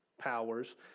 powers